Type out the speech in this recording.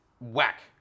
Whack